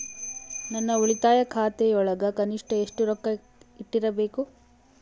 ನನ್ನ ಉಳಿತಾಯ ಖಾತೆಯೊಳಗ ಕನಿಷ್ಟ ಎಷ್ಟು ರೊಕ್ಕ ಇಟ್ಟಿರಬೇಕು?